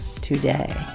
today